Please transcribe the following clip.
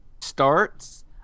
starts –